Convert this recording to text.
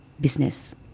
business